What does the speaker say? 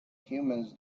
humans